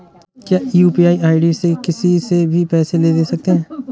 क्या UPI ID से किसी से भी पैसे ले दे सकते हैं?